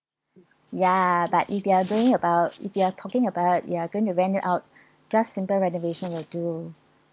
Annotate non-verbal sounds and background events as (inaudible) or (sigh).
ya but if you are going about if you are talking about you are going to rent it out (breath) just simple renovation will do